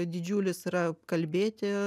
didžiulis yra kalbėti